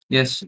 Yes